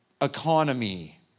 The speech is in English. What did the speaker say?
economy